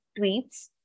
tweets